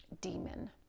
demon